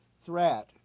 threat